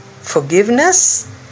forgiveness